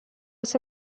sia